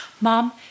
Mom